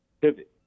pivot